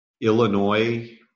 Illinois